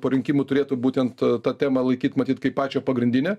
po rinkimų turėtų būtent tą temą laikyt matyt kaip pačią pagrindinę